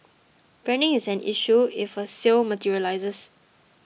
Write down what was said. branding is an issue if a sale materialises